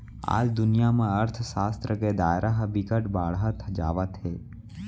आज दुनिया म अर्थसास्त्र के दायरा ह बिकट बाड़हत जावत हे